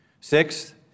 Sixth